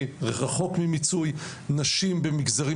מדהים.